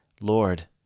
Lord